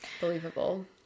believable